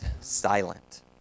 silent